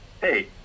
hey